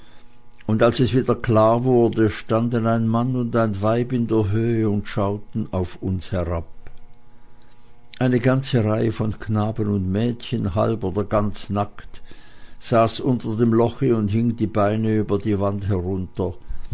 und als es wieder klar wurde standen ein mann und ein weib in der höhe und schauten auf uns herab eine ganze reihe von knaben und mädchen halb oder ganz nackt saß unter dem loche und hing die beine über die wand herunter